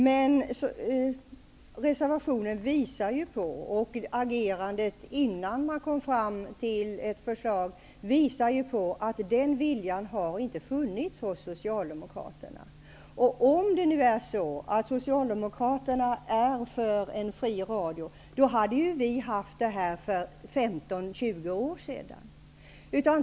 Men reservationen och agerandet innan man kom fram till ett förslag visar att den viljan inte har funnits hos socialdemokraterna. Om socialdemokraterna verkligen vore för en fri radio hade vi haft det redan för 15--20 år sedan.